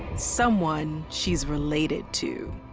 someone she's related to.